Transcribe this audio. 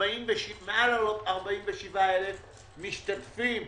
מעל 47,000 משתתפים,